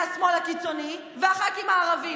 מהשמאל הקיצוני והח"כים הערבים.